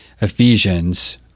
Ephesians